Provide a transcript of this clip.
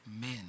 men